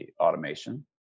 automation